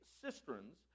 cisterns